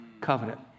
covenant